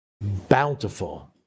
bountiful